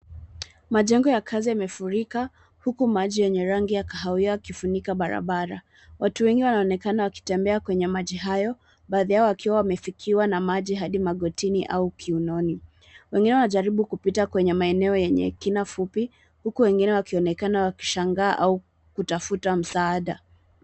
Majengo ya kazi yamefurika, huku maji yenye rangi ya kahawia ikifunika barabara. Watu wengi wanaonekana wakitembea kwenye maji hayo, baadhi yao wakiwa wamefikiwa na maji hadi magotini au kiunoni. Wenyewe wanajaribu kupita kwenye maeneo yenye kina fupi, huku wengine wakionekana wakishangaa au kutafuta msaada.